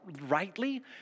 rightly